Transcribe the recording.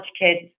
kids